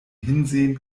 hinsehen